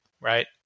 right